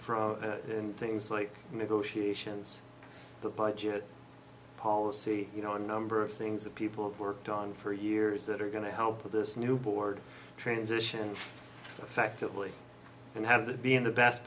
from things like negotiations that budget policy you know a number of things that people worked on for years that are going to help with this new board transition effectively and have it be in the best